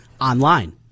online